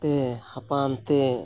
ᱛᱮ ᱦᱟᱯᱟᱱᱛᱮ